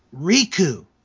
Riku